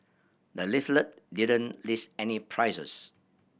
the leaflet didn't list any prices